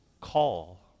call